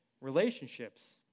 relationships